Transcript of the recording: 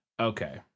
Okay